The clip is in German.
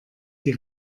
die